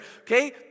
Okay